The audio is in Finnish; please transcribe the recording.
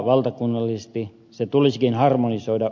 valtakunnallisesti se tulisikin harmonisoida